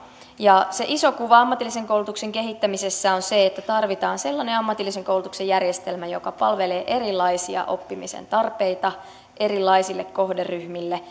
se iso kuva ammatillisen koulutuksen kehittämisessä on se että tarvitaan sellainen ammatillisen koulutuksen järjestelmä joka palvelee erilaisia oppimisen tarpeita erilaisia kohderyhmiä